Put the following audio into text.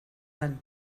lan